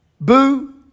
boo